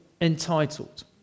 entitled